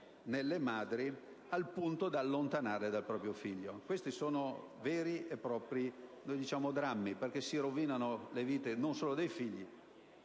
nelle madri, al punto da allontanarle dal proprio figlio. Questi sono veri e propri drammi, perché si rovinano la vita non solo dei figli